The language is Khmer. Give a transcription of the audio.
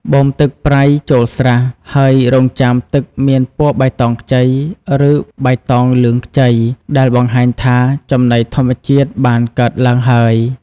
បូមទឹកប្រៃចូលស្រះ ហើយរង់ចាំទឹកមានពណ៌បៃតងខ្ចី ឬបៃតងលឿងខ្ចី ដែលបង្ហាញថាចំណីធម្មជាតិបានកើតឡើងហើយ។